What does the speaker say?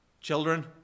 Children